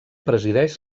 presideix